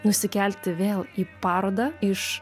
nusikelti vėl į parodą iš